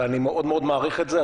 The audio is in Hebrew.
ואני מאוד מאוד מעריך את זה.